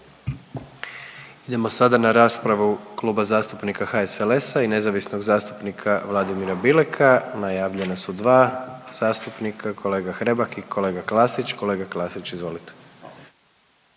Idemo sada na raspravu Kluba zastupnika HSLS-a i nezavisnog zastupnika Vladimira Bileka. Najavljena su dva zastupnika kolega Hrebak i kolega Klasić. Kolega Klasić izvolite.